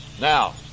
Now